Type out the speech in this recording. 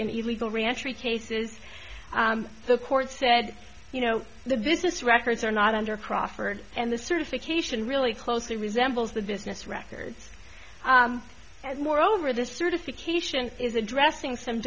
in illegal ranchi cases the court said you know the business records are not under crawford and the certification really closely resembles the business records and moreover this certification is addressing some